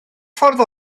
ffordd